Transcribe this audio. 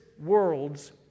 world's